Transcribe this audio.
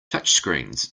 touchscreens